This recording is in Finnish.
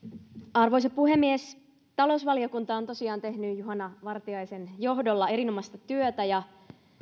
arvoisa puhemies talousvaliokunta on tosiaan tehnyt juhana vartiaisen johdolla erinomaista työtä